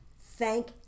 thank